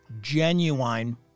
genuine